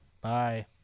Bye